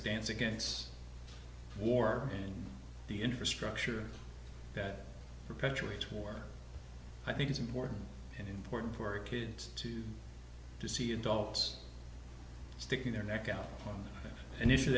stance against war and the infrastructure that perpetuates war i think is important and important for kids to to see adults sticking their neck out on an issue